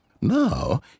Now